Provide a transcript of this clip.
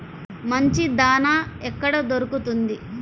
మంచి దాణా ఎక్కడ దొరుకుతుంది?